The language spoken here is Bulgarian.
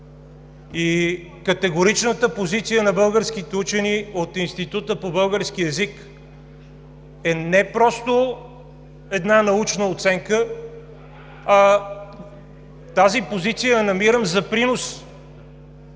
и категоричната позиция на българските учени от Института по български език е не просто една научна оценка, а тази позиция я намирам за принос